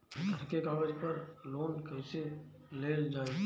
घर के कागज पर लोन कईसे लेल जाई?